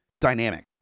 dynamic